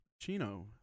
Chino